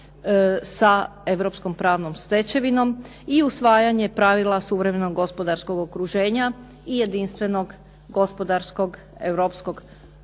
sa europskom pravnom stečevinom i usvajanje pravila suvremenog gospodarskog okruženja i jedinstvenog gospodarskog europskog